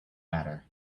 matter